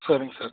சரிங்க சார்